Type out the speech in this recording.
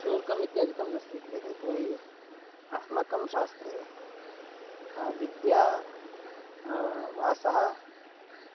शुल्कम् इत्यादिकं न स्वीक्रियते यतोहि अस्माकं शास्त्रे विद्या वासः